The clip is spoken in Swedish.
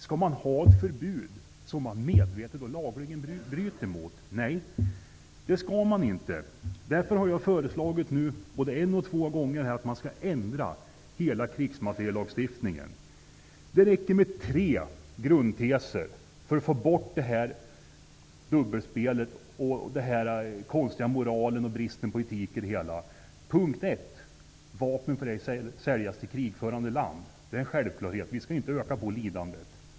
Skall man ha ett förbud som man medvetet och lagligen bryter mot? Nej, det skall man inte. Därför har jag föreslagit både en och två gånger att man skall ändra hela krigsmateriellagstiftningen. Det räcker med tre grundteser för att få bort dubbelspelet, den konstiga moralen och bristen på etik. Det är en självklarhet. Vi skall inte öka på lidandet. 2.